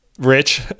Rich